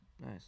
Nice